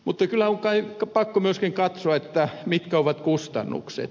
mutta kyllä on kai pakko myöskin katsoa mitkä ovat kustannukset